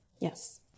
Yes